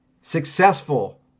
Successful